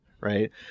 right